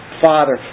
Father